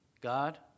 God